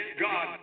God